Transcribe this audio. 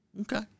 Okay